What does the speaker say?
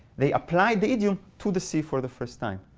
they apply the idiom to the sea for the first time.